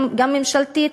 גם ממשלתית,